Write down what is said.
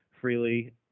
Freely